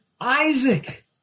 Isaac